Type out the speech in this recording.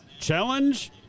challenge